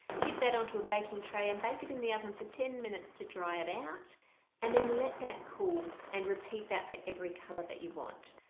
tip that onto a baking tray and bake it in the oven for ten minutes to dry it out and then let that cool and repeat that for every color that you want.